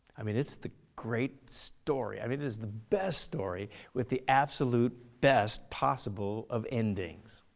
i mean it's the great story, i mean it is the best story with the absolute best possible of endings.